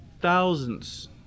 thousands